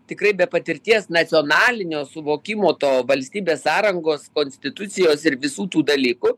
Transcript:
tikrai be patirties nacionalinio suvokimo to valstybės sąrangos konstitucijos ir visų tų dalykų